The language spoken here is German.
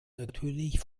natürlich